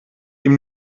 ihm